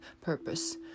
purpose